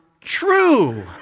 true